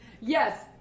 Yes